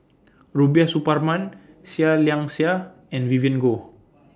Rubiah Suparman Seah Liang Seah and Vivien Goh